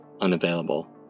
unavailable